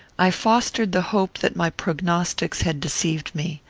i fostered the hope that my prognostics had deceived me.